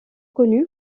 connue